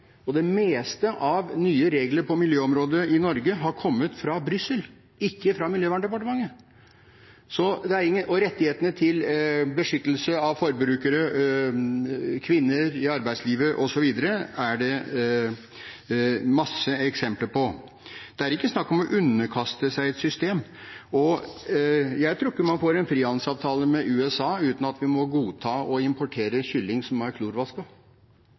Og det meste av nye regler på miljøområdet i Norge har kommet fra Brussel, ikke fra Miljøverndepartementet. Når det gjelder rettighetene til beskyttelse av forbrukere, til kvinner i arbeidslivet, osv., er det også mange eksempler. Det er ikke snakk om å underkaste seg et system. Jeg tror ikke man får en frihandelsavtale med USA uten at vi må godta å importere kylling som er